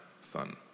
son